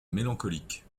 mélancolique